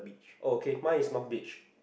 oh okay mine is north beach